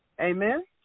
Amen